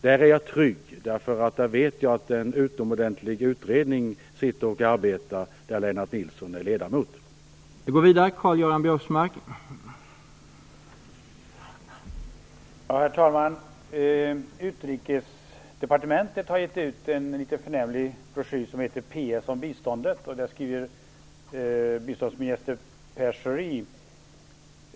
Där är jag trygg, för jag vet att det sitter en utomordentlig utredning, där Lennart Nilsson är ledamot, och arbetar med detta.